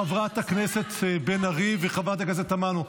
חברת הכנסת בן ארי וחברת הכנסת תמנו,